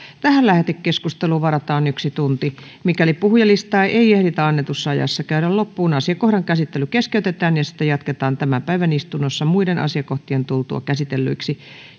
tähän lähetekeskusteluun varataan yksi tunti mikäli puhujalistaa ei ei ehditä annetussa ajassa käydä loppuun asiakohdan käsittely keskeytetään ja sitä jatketaan tämän päivän istunnossa muiden asiakohtien tultua käsitellyiksi